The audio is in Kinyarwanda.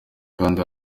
kandi